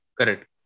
Correct